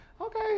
okay